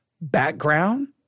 Background